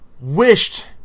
wished